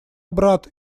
брат